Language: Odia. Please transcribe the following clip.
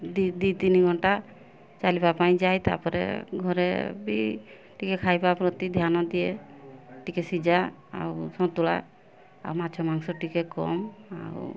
ଦୁଇ ଦୁଇ ତିନି ଘଣ୍ଟା ଚାଲିବା ପାଇଁ ଯାଏ ତାପରେ ଘରେ ବି ଟିକେ ଖାଇବା ପ୍ରତି ଧ୍ୟାନ ଦିଏ ଟିକେ ସିଝା ଆଉ ସନ୍ତୁଳା ଆଉ ମାଛ ମାଂସ ଟିକେ କମ୍ ଆଉ